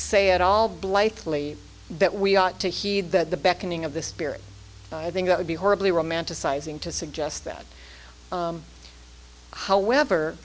say at all blithely that we ought to heed the beckoning of the spirit i think that would be horribly romanticizing to suggest that however